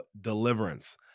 deliverance